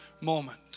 moment